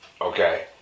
Okay